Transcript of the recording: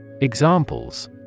Examples